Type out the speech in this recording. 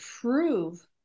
prove